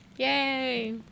Yay